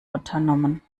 unternommen